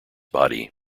body